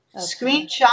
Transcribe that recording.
Screenshot